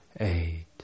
eight